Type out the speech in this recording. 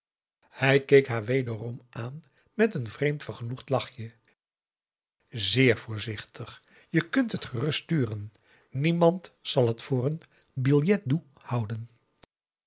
hij keek haar wederom aan met een vreemd vergenoegd lachje zeer voorzichtig je kunt het gerust sturen niemand zal het voor een billet doux houden